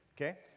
okay